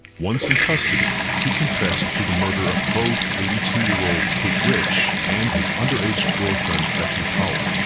once in custody, he confessed to the murder of both eighty two year old kate ridge, and his under-aged girlfriend becky powell.